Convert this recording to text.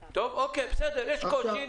בסדר, יש קושי.